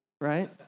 right